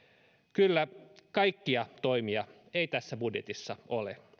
kyllä kaikkia toimia ei tässä budjetissa ole